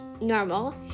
normal